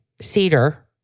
cedar